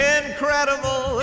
incredible